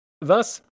Thus